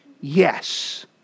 Yes